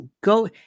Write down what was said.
go